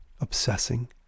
Obsessing